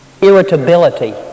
Irritability